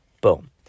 boom